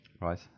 Right